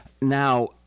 Now